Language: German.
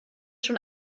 schon